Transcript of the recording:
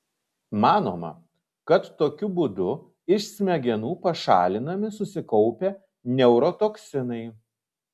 manoma kad tokiu būdu iš smegenų pašalinami susikaupę neurotoksinai